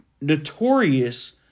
notorious –